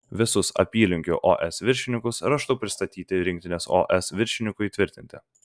visus apylinkių os viršininkus raštu pristatyti rinktinės os viršininkui tvirtinti